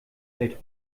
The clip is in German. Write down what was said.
hält